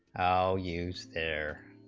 use their